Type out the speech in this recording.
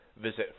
Visit